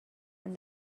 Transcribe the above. and